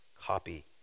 copy